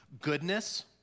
Goodness